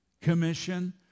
Commission